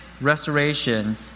restoration